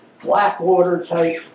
blackwater-type